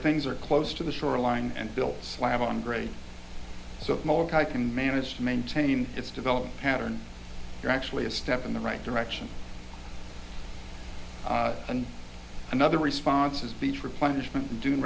things are close to the shoreline and built slab on grade so i can manage to maintain it's develop pattern you're actually a step in the right direction and another response is beach replenishment doing